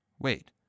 wait